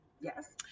Yes